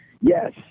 Yes